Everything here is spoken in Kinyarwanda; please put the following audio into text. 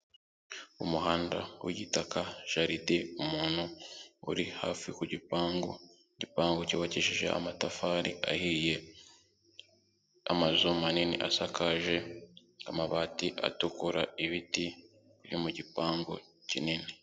Umuhanda w'igitaka jaride umuntu uri hafi ku gipangu, igipangu cyubakishije amatafari ahiye amazu manini asakaje amabati atukura ibiti byo mu gipangu kinini.